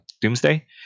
doomsday